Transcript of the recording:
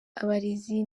abarezi